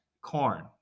corn